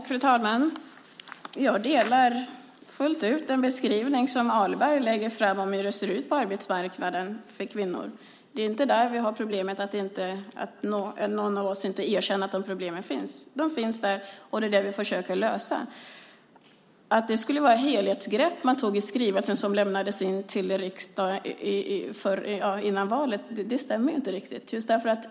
Fru talman! Jag delar fullt ut den beskrivning som Ahlberg lägger fram av hur det ser ut på arbetsmarknaden för kvinnor. Problemet är inte att någon av oss inte erkänner att dessa problem finns. De finns där, och det är dem vi försöker lösa. Att man skulle ha tagit ett helhetsgrepp i den skrivelse som lämnades in till riksdagen före valet stämmer inte riktigt.